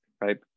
right